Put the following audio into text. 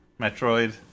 Metroid